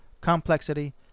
complexity